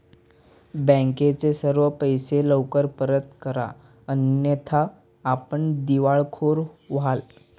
बँकेचे सर्व पैसे लवकर परत करा अन्यथा आपण दिवाळखोर व्हाल